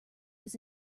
was